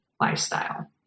lifestyle